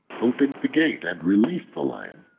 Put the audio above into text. opened the gate and released the lion.